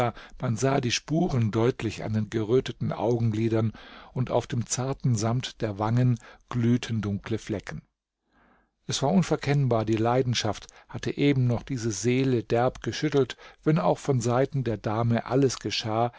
man sah die spuren deutlich an den geröteten augenlidern und auf dem zarten samt der wangen glühten dunkle flecken es war unverkennbar die leidenschaft hatte eben noch diese seele derb geschüttelt wenn auch von seiten der dame alles geschah